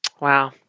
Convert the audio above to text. Wow